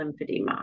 lymphedema